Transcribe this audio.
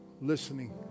listening